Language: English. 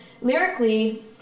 Lyrically